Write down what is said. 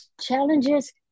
challenges